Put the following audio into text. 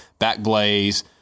backblaze